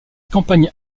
campagne